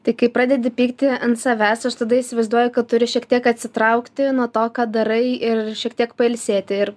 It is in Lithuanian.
tai kai pradedi pykti ant savęs aš tada įsivaizduoju kad turi šiek tiek atsitraukti nuo to ką darai ir šiek tiek pailsėti ir